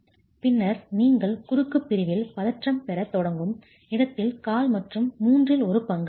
பின்னர் நீங்கள் குறுக்கு பிரிவில் பதற்றம் பெறத் தொடங்கும் இடத்தில் கால் மற்றும் மூன்றில் ஒரு பங்கு ஆகும்